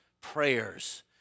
prayers